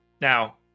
Now